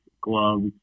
gloves